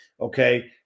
Okay